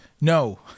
No